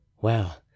Well